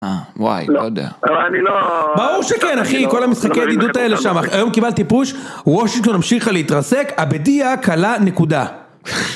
אה, וואי, לא יודע. אבל אני לא... ברור שכן, אחי, כל המשחקי הדידות האלה שם. היום קיבלתי פוש, וושינגטון המשיכה להתרסק, אבדיה קלה נקודה.